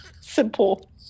simple